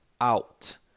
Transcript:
out